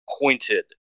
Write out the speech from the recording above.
pointed